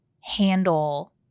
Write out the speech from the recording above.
handle